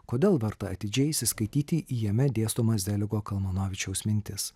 kodėl verta atidžiai įsiskaityti į jame dėstomas zeligo kalmanovičiaus mintis